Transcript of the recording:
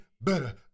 better